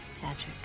Patrick